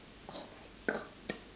oh my god